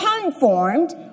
conformed